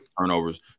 turnovers